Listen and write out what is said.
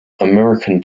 american